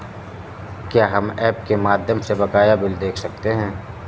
क्या हम ऐप के माध्यम से बकाया बिल देख सकते हैं?